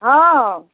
हँ हँ